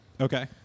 Okay